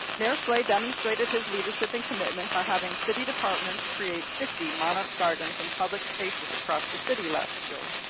mayor slay demonstrated his leadership and commitment by having city departments create fifty monarch gardens in public spaces across the city last year.